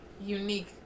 unique